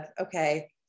okay